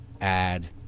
add